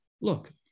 look